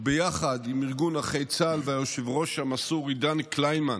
וביחד עם ארגון נכי צה"ל והיושב-ראש המסור עידן קלימן,